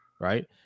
right